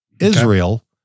Israel